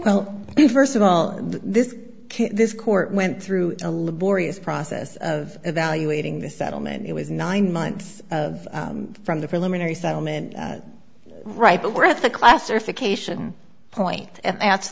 well first of all this this court went through a laborious process of evaluating this settlement it was nine months from the preliminary settlement right but worth the classification point and